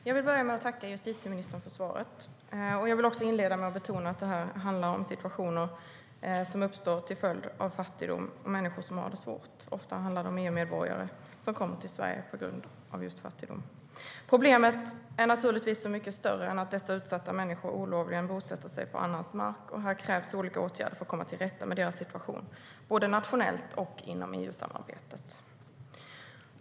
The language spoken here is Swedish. Herr talman! Jag tackar justitieministern för svaret. Jag vill inleda med att betona att det handlar om situationer som uppstår till följd av fattigdom och att människor har det svårt. Ofta handlar det om EU-medborgare som kommer till Sverige på grund av just fattigdom. Problemet är naturligtvis så mycket större än att dessa utsatta människor olovligen bosätter sig på annans mark, och här krävs olika åtgärder för att komma till rätta med deras situation, både nationellt och inom EU-samarbetet.